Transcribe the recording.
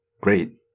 Great